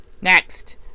Next